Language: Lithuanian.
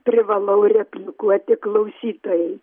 privalau replikuoti klausytojai